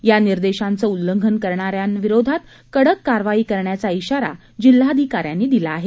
या निर्देशांचं उल्लंघन करणाऱ्या विरोधात कडक कारवाई करण्याचा इशारा ही जिल्हाधिकाऱ्यांनी दिला आहे